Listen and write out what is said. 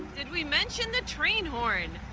did we mention the train horn?